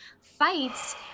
fights